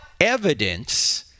evidence